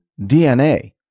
DNA